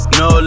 no